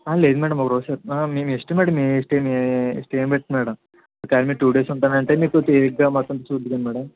లేదు మ్యాడమ్ ఒకరోజు చెప్తా మీ మీ ఇష్టం మ్యాడమ్ మీ ఇష్ట మీ మీ ఇష్టం మ్యాడమ్ కానీ టూ డేస్ ఉంటానంటే మీకు తీరిగ్గా మొత్తం చూద్దురుగాని మ్యాడమ్